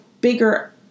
bigger